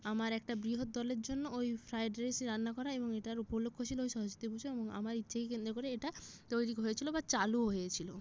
আমার একটা বৃহৎ দলের জন্য ওই ফ্রায়েড রাইসই রান্না করা এবং এটার উপলক্ষ্য ছিলো ঐ সরস্বতী পুজো এবং আমার ইচ্ছাকে কেন্দ্র করে এটা তৈরি হয়েছিলো বা চালু হয়েছিলো